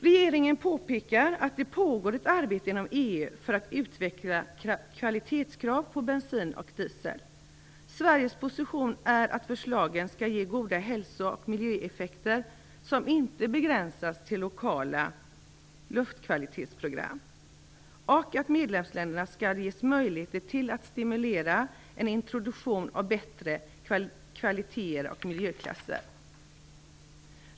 Regeringen påpekar att det pågår ett arbete inom EU för att kvalitetskraven när det gäller bensin och diesel skall utvecklas. Sveriges position är att förslagen skall ge goda hälso och miljöeffekter som inte begränsas till lokala luftkvalitetsprogram och att medlemsländerna skall ges möjligheter till att stimulera en introduktion av bättre kvaliteter och miljöklasser.